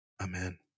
Amen